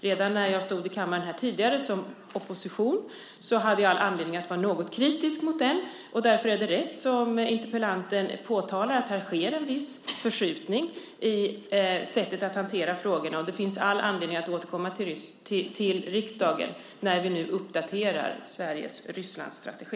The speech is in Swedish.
Redan när jag var i opposition i kammaren hade jag anledning att vara något kritisk mot den, och det är riktigt, som interpellanten påtalar, att det sker en viss förskjutning i sättet att hantera frågorna. Det finns därför all anledning att återkomma till riksdagen när vi nu uppdaterar Sveriges Rysslandsstrategi.